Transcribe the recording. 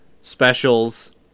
specials